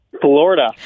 Florida